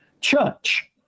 church